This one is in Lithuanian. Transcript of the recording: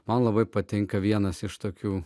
man labai patinka vienas iš tokių